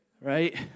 Right